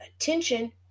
attention